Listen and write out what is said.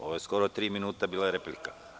Ovo je skoro tri minuta bila replika.